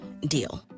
deal